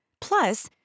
Plus